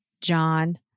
John